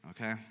Okay